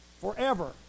forever